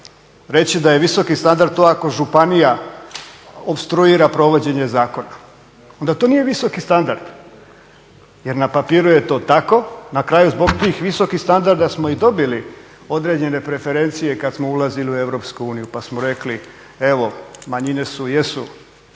reći da je visoki standard to ako županija opstruira provođenje zakona, onda to nije visoki standard jer na papiru je to tako. Na kraju zbog tih visokih standarda smo i dobili određene preferencije kada smo ulazili u EU pa smo rekli evo manjine jesu